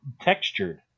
textured